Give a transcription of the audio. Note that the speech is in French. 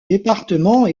département